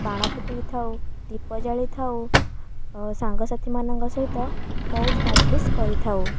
ବାଣ ଫୁଟେଇ ଥାଉ ଦୀପ ଜାଳିଥାଉ ସାଙ୍ଗସାଥି ମାନଙ୍କ ସହିତ ମଉଜ ମଜଲିସ୍ କରିଥାଉ